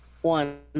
One